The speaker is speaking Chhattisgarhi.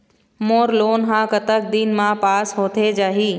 मोर लोन हा कतक दिन मा पास होथे जाही?